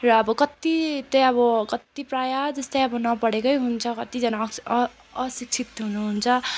र अब कत्ति त्यही अब कत्ति प्रायः जस्तै अब नपढेकै हुन्छ कत्तिजना अशि अ अ अशिक्षित हुनुहुन्छ